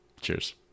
Cheers